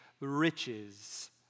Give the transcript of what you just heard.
riches